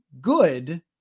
good